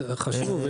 זה חשוב.